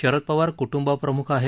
शरद पवार कुटुंब प्रमुख आहेत